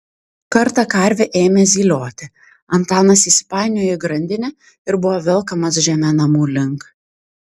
kartą karvė ėmė zylioti antanas įsipainiojo į grandinę ir buvo velkamas žeme namų link